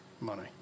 money